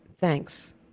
thanks